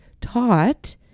taught